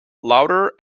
louder